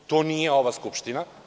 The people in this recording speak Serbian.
To nije ova Skupština.